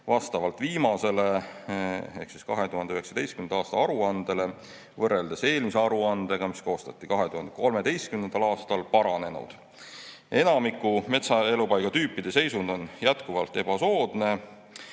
vastavalt viimasele, 2019. aasta aruandele võrreldes eelmise aruandega, mis koostati 2013. aastal, paranenud. Enamiku metsaelupaigatüüpide seisund on jätkuvalt ebasoodne.